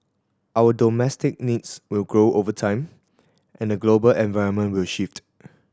our domestic needs will grow over time and the global environment will shift